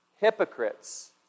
hypocrites